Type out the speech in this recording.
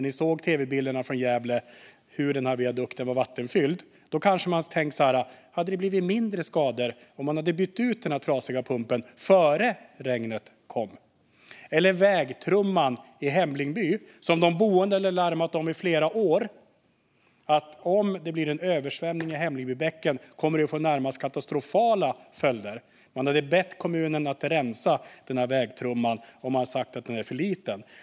Ni såg tv-bilderna från Gävle; viadukten var vattenfylld. Hade det blivit mindre skador om den trasiga pumpen hade bytts ut innan regnet kom? Vägtrumman i Hemlingby hade man larmat om i flera år: Om det blir en översvämning i Hemlingbybäcken kommer det att få närmast katastrofala följder! Man hade bett kommunen att rensa vägtrumman och sagt att den var för liten.